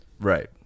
right